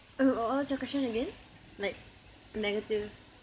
oh what what was your question again like negative